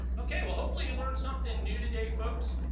okay well hopefully you learn something new today folks